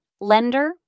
lender